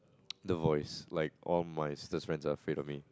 the voice like all my sister's friends are afraid of me